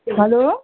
hello